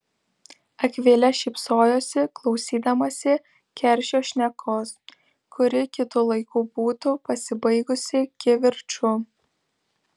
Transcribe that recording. akvilė šypsojosi klausydamasi keršio šnekos kuri kitu laiku būtų pasibaigusi kivirču